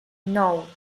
nou